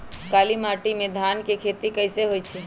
काली माटी में धान के खेती कईसे होइ छइ?